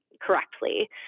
correctly